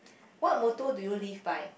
what motto do you live by